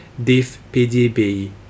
diffpdb